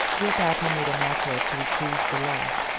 cleopatra made an effort to retrieve the loss.